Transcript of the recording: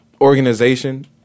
organization